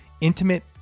intimate